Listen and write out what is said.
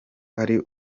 ari